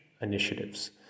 initiatives